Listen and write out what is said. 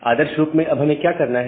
आदर्श रूप में अब हमें करना क्या है